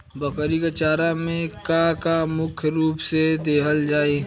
बकरी क चारा में का का मुख्य रूप से देहल जाई?